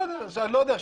לא יודע,